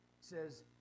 says